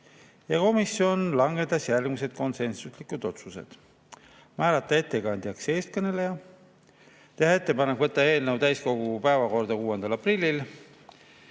Komisjon langetas järgmised konsensuslikud otsused. Määrata ettekandjaks eeskõneleja, teha ettepanek võtta eelnõu täiskogu päevakorda 6. aprillil,